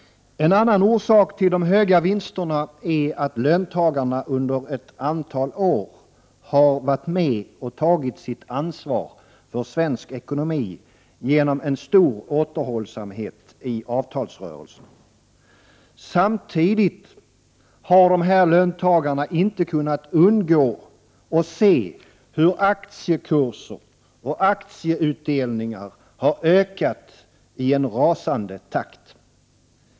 En annan orsak till de höga vinsterna är att löntagarna under ett antal år — Prot. 1988/89:125 har tagit sin del av ansvaret för svensk ekonomi genom en stor återhållsamhet — 31 maj 1989 i avtalsrörelserna. Samtidigt har dessa löntagare inte kunnat undgå att se hur aktiekurser och aktieutdelningar har höjts i en rasande takt.